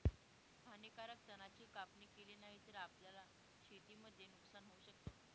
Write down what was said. हानीकारक तणा ची कापणी केली नाही तर, आपल्याला शेतीमध्ये नुकसान होऊ शकत